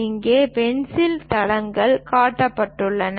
இங்கே பென்சில் தடங்கள் காட்டப்பட்டுள்ளன